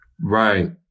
Right